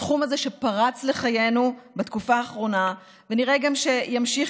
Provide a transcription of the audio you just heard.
התחום הזה שפרץ לחיינו בתקופה האחרונה ונראה שגם ימשיך